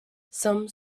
some